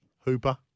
Hooper